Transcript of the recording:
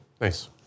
Nice